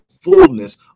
fullness